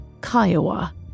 Kiowa